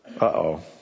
uh-oh